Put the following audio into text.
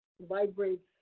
vibrates